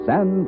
San